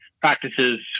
practices